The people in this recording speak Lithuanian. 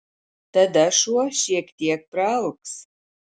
tada šuo šiek tiek praalks